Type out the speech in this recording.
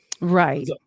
Right